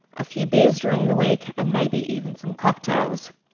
a few beers during the week and maybe even some cocktails.